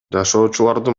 жашоочулардын